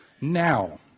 Now